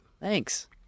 Thanks